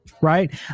right